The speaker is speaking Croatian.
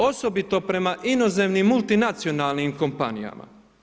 Osobito prema inozemnim multinacionalnim kompanijama.